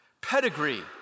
Pedigree